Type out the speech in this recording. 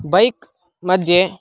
bike मध्ये